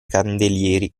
candelieri